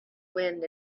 wind